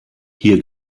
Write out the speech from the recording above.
hier